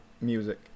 music